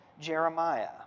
Jeremiah